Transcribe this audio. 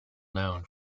known